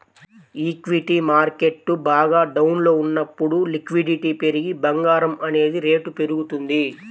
equity market బాగా డౌన్లో ఉన్నప్పుడు లిక్విడిటీ పెరిగి బంగారం అనేది రేటు పెరుగుతుంది